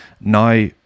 now